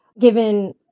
given